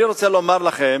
אני רוצה לומר לכם